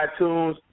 iTunes